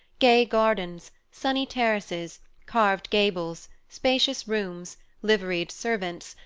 gay gardens, sunny terraces, carved gables, spacious rooms, liveried servants,